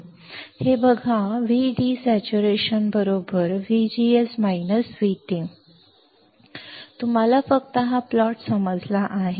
तुम्ही बघा V D saturation VGS VT तुम्हाला फक्त हा प्लॉट समजला आहे